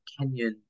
Kenyan